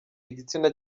igitsina